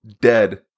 dead